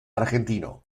argentino